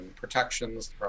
protections